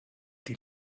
die